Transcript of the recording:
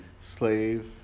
slave